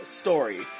story